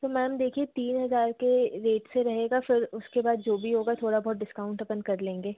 तो मैम देखिए तीन हज़ार के रेट से रहेगा फिर उसके बाद जो भी होगा थोड़ा बहुत डिस्काउंट अपन कर लेंगे